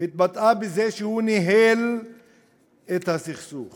התבטאה בזה שמצד אחד הוא ניהל את הסכסוך